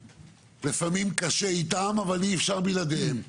לפעמים קשה איתם אבל אי אפשר בלעדיהם,